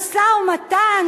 משא-ומתן,